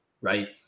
right